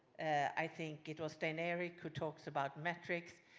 i think it was deneric who talks about metric.